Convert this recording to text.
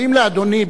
האם לאדוני,